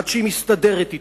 עד שהיא מסתדרת אתו,